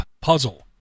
puzzle